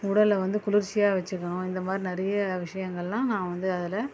உடலில் வந்து குளிர்ச்சியாக வச்சுக்கணும் இந்த மாதிரி நிறைய விஷயங்கள்லாம் நான் வந்து அதில்